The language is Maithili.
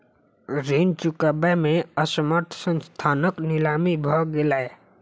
ऋण चुकबै में असमर्थ संस्थानक नीलामी भ गेलै